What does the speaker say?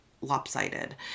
lopsided